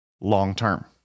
long-term